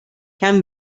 can